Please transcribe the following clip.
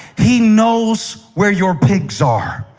he knows where your pigs are.